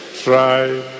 try